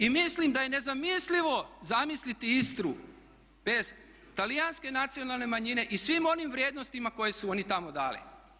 I mislim da je nezamislivo zamisliti Istru bez talijanske nacionalne manjine i svim onim vrijednostima koje su one tamo dale.